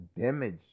damage